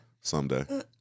Someday